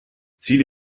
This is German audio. zieh